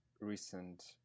recent